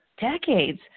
decades